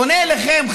פונה אליכם,